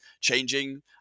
changing